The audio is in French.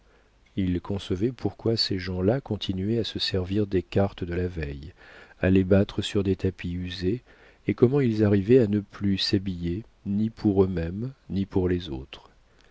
il concevait pourquoi ces gens-là continuaient à se servir des cartes de la veille à les battre sur des tapis usés et comment ils arrivaient à ne plus s'habiller ni pour eux-mêmes ni pour les autres